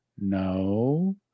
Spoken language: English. No